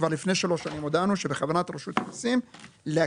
כבר לפני שלוש שנים הודענו שבכוונת רשות המיסים להקטין,